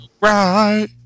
Right